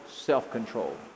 self-control